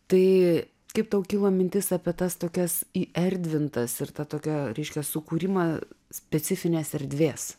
tai kaip tau kilo mintis apie tas tokias erdvintas ir tą tokią reiškia sukūrimą specifinės erdvės